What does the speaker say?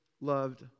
loved